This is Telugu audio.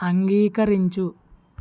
అంగీకరించుము